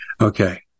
Okay